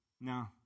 no